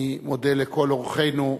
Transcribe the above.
אני מודה לכל אורחינו.